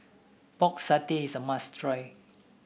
Pork Satay is a must try